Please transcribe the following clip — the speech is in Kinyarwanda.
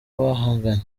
bahanganye